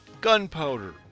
Gunpowder